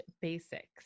basics